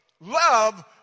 love